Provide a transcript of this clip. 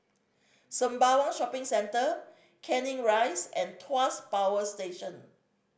Sembawang Shopping Centre Canning Rise and Tuas Power Station